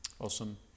Awesome